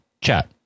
chat